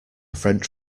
french